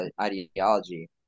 ideology